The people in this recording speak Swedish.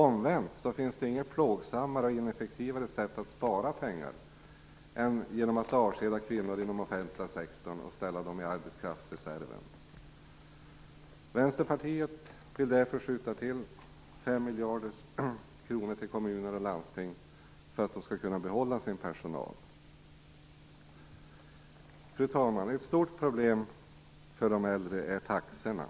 Omvänt finns det inget plågsammare och ineffektivare sätt att spara pengar än genom att avskeda kvinnor inom offentliga sektorn och ställa dem i arbetskraftsreserven. Vänsterpartiet vill därför skjuta till 5 miljarder kronor till kommuner och landsting för att de skall kunna behålla sin personal. Fru talman! Ett stort problem för de äldre är taxorna.